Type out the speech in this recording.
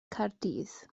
caerdydd